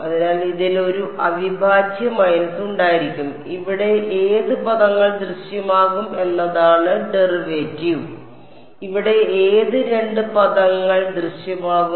അതിനാൽ ഇതിൽ ഒരു അവിഭാജ്യ മൈനസ് ഉണ്ടായിരിക്കും ഇവിടെ ഏത് പദങ്ങൾ ദൃശ്യമാകും എന്നതാണ് ഡെറിവേറ്റീവ് ഇവിടെ ഏത് രണ്ട് പദങ്ങൾ ദൃശ്യമാകും